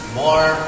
more